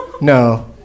No